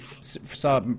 saw